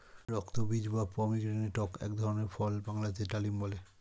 রক্তবীজ বা পমিগ্রেনেটক এক ধরনের ফল বাংলাতে ডালিম বলে